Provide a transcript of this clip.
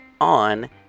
on